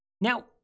Now